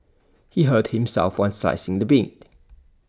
he hurt himself while slicing the meat